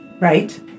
right